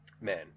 Man